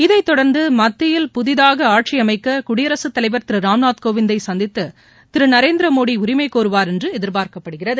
இதைத் தொடர்ந்து மத்தியில் புதிதாக ஆட்சி அமைக்க குடியரசுத் தலைவர் திரு ராம்நாத் கோவிந்தை சந்தித்து திரு நரேந்திர மோடி உரிமை கோருவார் என்று எதிர்பார்க்கப்படுகிறது